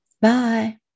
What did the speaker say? Bye